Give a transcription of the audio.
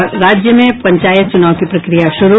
और राज्य में पंचायत चुनाव की प्रक्रिया शुरू